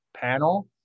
panel